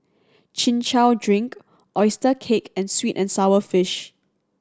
Chin Chow drink oyster cake and sweet and sour fish